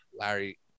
Larry